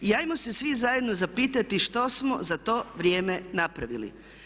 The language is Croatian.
I hajmo se svi zajedno zapitati što smo za to vrijeme napravili.